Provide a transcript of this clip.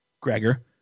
Gregor